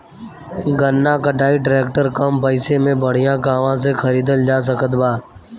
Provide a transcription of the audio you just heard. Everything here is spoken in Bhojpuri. गन्ना कटाई ट्रैक्टर कम पैसे में बढ़िया कहवा से खरिदल जा सकत बा?